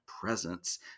presence